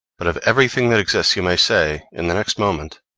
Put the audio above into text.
but of everything that exists you must say, in the next moment,